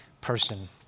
person